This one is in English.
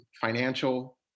Financial